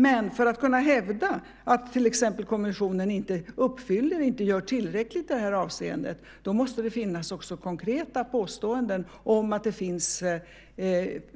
Men för att kunna hävda att till exempel kommissionen inte gör tillräckligt i det här avseendet måste det finnas konkreta påståenden om